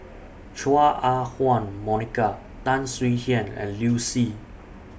Chua Ah Huwa Monica Tan Swie Hian and Liu Si